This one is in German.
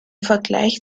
vergleich